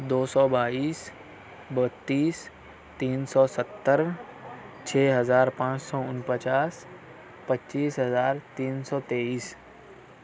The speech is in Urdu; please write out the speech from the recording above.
دو سو بائیس بتیس تین سو ستر چھ ہزار پانچ سو ان پچاس پچیس ہزار تین سو تئیس